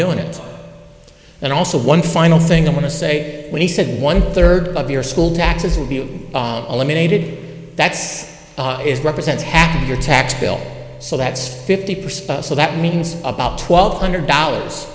doing it and also one final thing i want to say when he said one third of your school taxes will be eliminated that's is represents your tax bill so that's fifty percent so that means about twelve hundred dollars